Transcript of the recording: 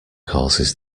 causes